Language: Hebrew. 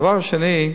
דבר שני,